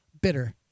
Bitter